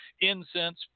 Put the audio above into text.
incense